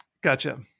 Gotcha